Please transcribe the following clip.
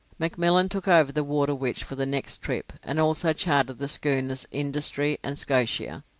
mcmillan took over the waterwitch for the next trip, and also chartered the schooners industry and scotia,